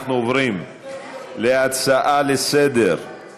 אנחנו עוברים להצעה השנייה לסדר-היום: